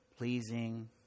pleasing